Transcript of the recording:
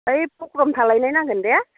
है फक्रम थालायनाय नांगोन दे